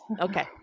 okay